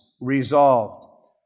resolved